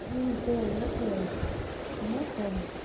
سورُے حظ سورُے اَہَن حظ سورُے